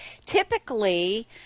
typically